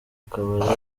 kabari